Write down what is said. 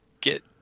get